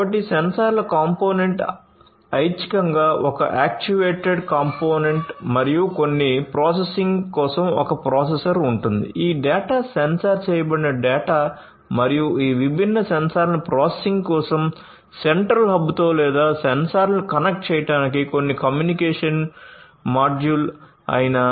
కాబట్టి sensor component ఐచ్ఛికంగా ఒక యాక్చుయేటెడ్ కాంపోనెంట్ మరియు కొన్ని ప్రాసెసింగ్ కోసం ఒక ప్రాసెసర్ ఉంటుంది ఈ డేటా సెన్సార్ చేయబడిన డేటా మరియు ఈ విభిన్న సెన్సార్లను ప్రాసెసింగ్ కోసం సెంట్రల్ హబ్తో లేదా సెన్సార్లను కనెక్ట్ చేయడానికి కొన్ని కమ్యూనికేషన్ మాడ్యూల్ అయినా